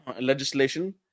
legislation